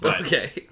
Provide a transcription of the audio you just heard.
Okay